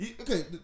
Okay